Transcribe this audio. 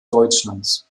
deutschlands